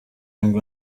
ngo